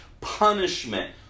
punishment